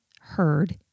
heard